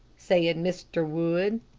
said mr. wood,